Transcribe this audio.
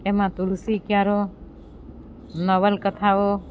એમાં તુલસી ક્યારો નવલકથાઓ